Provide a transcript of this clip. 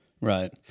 right